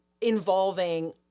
involving